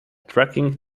tracking